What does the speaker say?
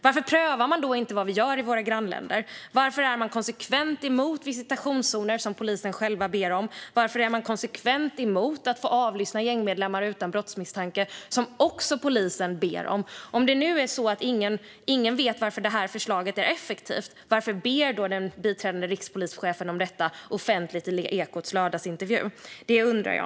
Varför prövar man då inte det som görs i våra grannländer? Varför är man konsekvent emot visitationszoner, som polisen själva ber om? Varför är man konsekvent emot att gängmedlemmar ska få avlyssnas utan brottsmisstanke, vilket polisen också ber om? Om ingen vet varför detta förslag är effektivt, varför ber då biträdande rikspolischefen om detta offentligt i Ekots lördagsintervju ? Det undrar jag.